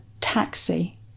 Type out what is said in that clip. taxi